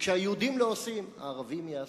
כשהיהודים לא עושים, הערבים יעשו.